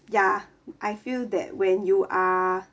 ya I feel that when you are